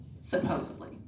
supposedly